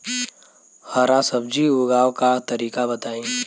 हरा सब्जी उगाव का तरीका बताई?